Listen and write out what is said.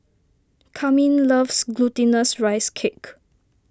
Carmine loves Glutinous Rice Cake